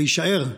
ויישאר,